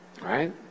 right